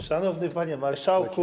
Szanowny Panie Marszałku!